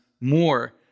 more